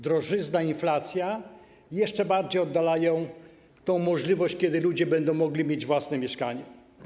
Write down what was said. Drożyzna i inflacja jeszcze bardziej oddalają możliwość, aby ludzie mogli mieć własne mieszkanie.